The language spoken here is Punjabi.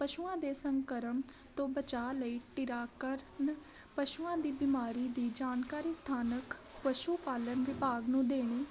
ਪਸ਼ੂਆਂ ਦੇ ਸਮਕਰਮ ਤੋਂ ਬਚਾਅ ਲਈ ਟੀਰਾਕਰਨ ਪਸ਼ੂਆਂ ਦੀ ਬਿਮਾਰੀ ਦੀ ਜਾਣਕਾਰੀ ਸਥਾਨਕ ਪਸ਼ੂ ਪਾਲਣ ਵਿਭਾਗ ਨੂੰ ਦੇਣੀ